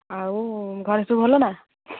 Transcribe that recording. ଆଉ ଘରେ ସବୁ ଭଲ ନା